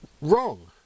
wrong